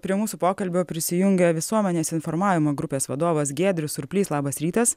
prie mūsų pokalbio prisijungia visuomenės informavimo grupės vadovas giedrius surplys labas rytas